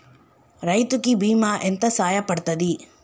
రైతు కి బీమా ఎంత సాయపడ్తది?